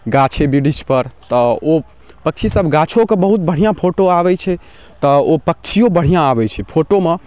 गाछे बिरिछपर तऽ ओ पक्षीसब गाछोके बहुत बढ़िआँ फोटो आबै छै तऽ ओ पक्षिओ बढ़िआँ आबै छै फोटोमे